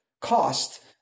cost